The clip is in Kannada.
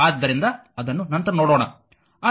ಆದ್ದರಿಂದ ಅದನ್ನು ನಂತರ ನೋಡೋಣ